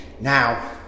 now